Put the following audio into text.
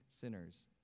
sinners